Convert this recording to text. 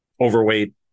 overweight